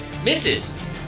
Misses